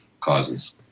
causes